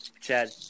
Chad